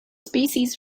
species